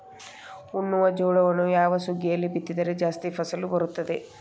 ಉಣ್ಣುವ ಜೋಳವನ್ನು ಯಾವ ಸುಗ್ಗಿಯಲ್ಲಿ ಬಿತ್ತಿದರೆ ಜಾಸ್ತಿ ಫಸಲು ಬರುತ್ತದೆ?